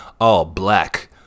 all-black